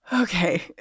Okay